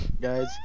Guys